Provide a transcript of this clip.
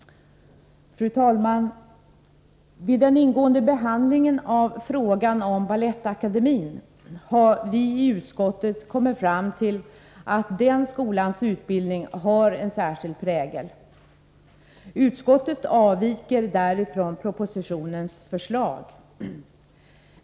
Fru talman! Vid den ingående behandlingen av frågan om Balettakademien har vi i utskottet kommit fram till att den skolans utbildning har en särskild prägel. Utskottets förslag avviker där från propositionen.